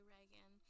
Reagan